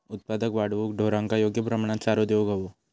उत्पादन वाढवूक ढोरांका योग्य प्रमाणात चारो देऊक व्हयो